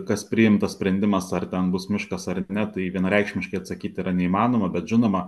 kas priimtas sprendimas ar ten bus miškas ar ne tai vienareikšmiškai atsakyt yra neįmanoma bet žinoma